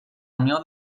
unió